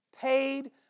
paid